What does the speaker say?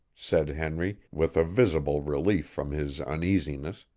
said henry, with a visible relief from his uneasiness,